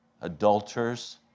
Adulterers